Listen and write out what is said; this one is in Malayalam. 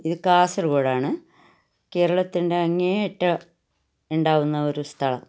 ഇതു കാസർഗോഡാണ് കേരളത്തിൻ്റെ അങ്ങേയറ്റം ഉണ്ടാകുന്ന ഒരു സ്ഥലം